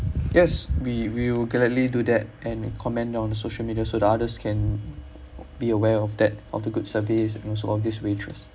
yes we will gladly do that and comment on social media so that others can be aware of that of the good service and also of this waitress